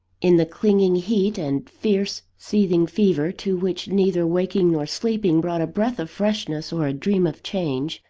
in the clinging heat and fierce seething fever, to which neither waking nor sleeping brought a breath of freshness or a dream of change,